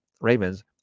Ravens